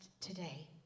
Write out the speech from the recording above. today